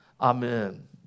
Amen